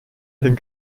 den